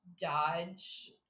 dodge